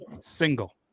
single